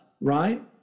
right